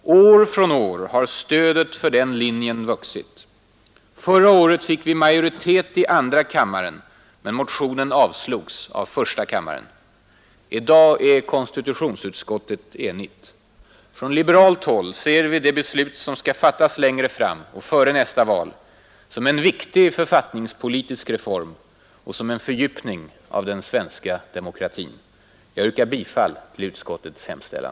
År från år har stödet för den linjen vuxit. Förra året fick vi majoritet i andra kammaren men motionen avslogs av första kammaren. I dag är konstitutionsutskottet enigt. Från liberalt håll ser vi det beslut som skall fattas längre fram och före nästa val som en viktig författningspolitisk reform och som en fördjupning av den svenska demokratin. Jag yrkar bifall till utskottets hemställan.